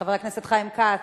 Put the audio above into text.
חבר הכנסת חיים כץ,